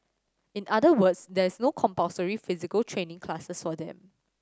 in other words there is no compulsory physical training classes for them